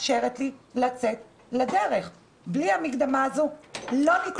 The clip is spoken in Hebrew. בנייה בדרך המלך והוא נאלץ לשלם שוחד,